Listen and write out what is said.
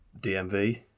DMV